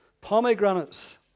Pomegranates